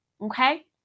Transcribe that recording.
Okay